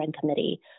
Committee